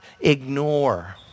ignore